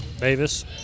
Davis